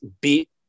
beat